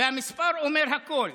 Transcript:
והמספר אומר הכול.